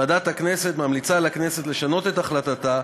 ועדת הכנסת ממליצה לכנסת לשנות את החלטתה